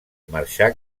marxà